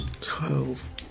Twelve